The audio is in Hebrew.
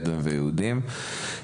בדואים ויהודים ביחד.